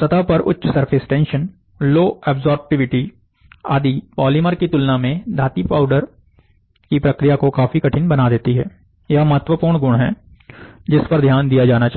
सतह पर उच्च सरफेस टेंशन लो अब्सॉर्प्टीवीटी आदि पॉलीमर की तुलना में धातु पाउडर की प्रक्रिया को काफी कठिन बना देती है यह महत्वपूर्ण गुण है जिस पर ध्यान दिया जाना चाहिए